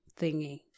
thingy